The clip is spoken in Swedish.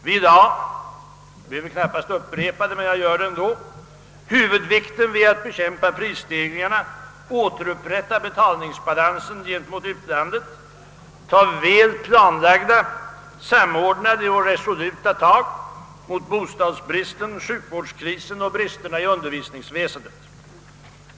Vi lade — jag behöver knappast upprepa det men gör det ändå — huvudvikten vid att bekämpa prisstegringarna, återupprätta betalningsbalansen gentemot utlandet, ta väl planlagda, samordnade och resoluta tag mot bostads bristen, sjukvårdskrisen och bristerna i undervisningsväsendet.